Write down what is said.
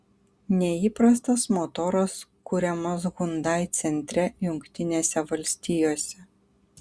neįprastas motoras kuriamas hyundai centre jungtinėse valstijose